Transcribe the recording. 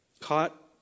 caught